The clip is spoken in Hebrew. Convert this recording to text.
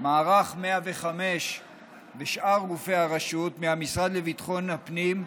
מערך 105 ושאר גופי הרשות מהמשרד לביטחון הפנים,